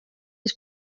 was